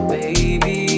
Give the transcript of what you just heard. Baby